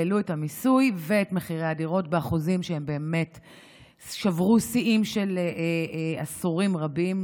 העלו את המיסוי ואת מחירי הדירות באחוזים ששברו שיאים של עשורים רבים.